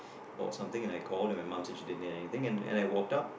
bought something and I called and my mom said she didn't need anything and I walked out